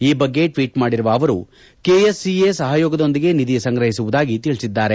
ಈ ಬಗೆ ಟ್ವೀಟ್ ಮಾಡಿರುವ ಅವರು ಕೆಎಸ್ಸಿಎಯ ಸಹಯೋಗದೊಂದಿಗೆ ನಿಧಿ ಸಂಗ್ರಹಿಸುವುದಾಗಿ ತಿಳಿಸಿದ್ದಾರೆ